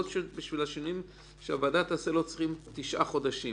בשביל השינויים שהוועדה תעשה לא צריכים תשעה חודשים,